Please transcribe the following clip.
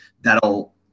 that'll